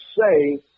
say